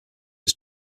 its